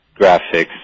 graphics